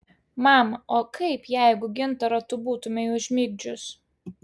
mama o kaip jeigu gintarą tu būtumei užmigdžius